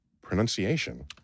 pronunciation